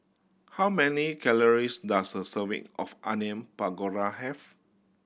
how many calories does a serving of Onion Pakora have